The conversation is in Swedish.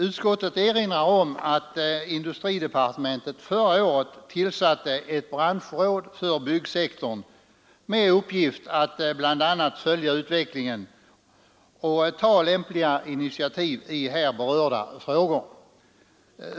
Utskottet erinrar om att industridepartementet förra året tillsatte ett branschråd för byggsektorn med uppgift att bl.a. följa utvecklingen och ta lämpliga initiativ i här berörda frågor.